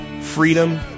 Freedom